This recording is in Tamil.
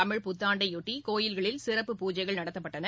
தமிழ் புத்தான்டையொட்டி கோவில்களில் சிறப்பு பூஜைகள் நடத்தப்பட்டன